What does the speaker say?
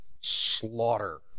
slaughter